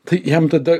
tai jam tada